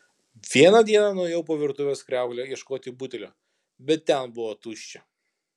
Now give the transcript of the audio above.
vieną dieną nuėjau po virtuvės kriaukle ieškoti butelio bet ten buvo tuščia